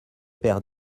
père